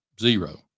zero